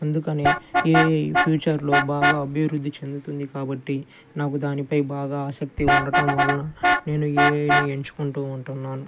అందుకనే ఏఐ ఫ్యూచర్లో బాగా అభివృద్ధి చెందుతుంది కాబట్టి నాకు దానిపై బాగా ఆసక్తి ఉండటం వలన నేను ఏఐని ఎంచుకుంటూ ఉంటున్నాను